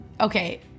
Okay